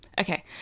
Okay